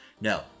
No